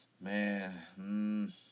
Man